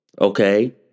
Okay